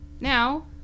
now